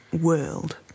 world